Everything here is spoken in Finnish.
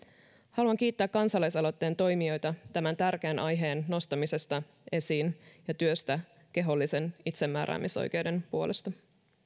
haluan kiittää kansalaisaloitteen toimijoita tämän tärkeän aiheen nostamisesta esiin ja työstä kehollisen itsemääräämisoikeuden puolesta